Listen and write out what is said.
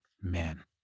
Man